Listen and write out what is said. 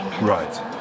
Right